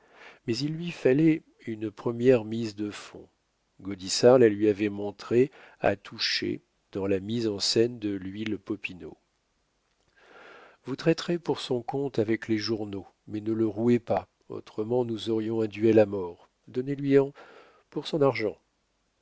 mais il lui fallait une première mise de fonds gaudissart la lui avait montrée à toucher dans la mise en scène de l'huile popinot vous traiterez pour son compte avec les journaux mais ne le rouez pas autrement nous aurions un duel à mort donnez lui en pour son argent